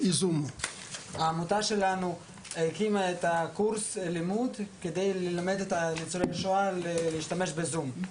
העמותה שלנו הקימה קורס כדי ללמד את ניצולי השואה להשתמש בזום.